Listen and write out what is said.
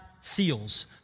seals